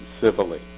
civilly